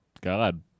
God